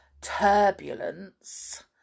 turbulence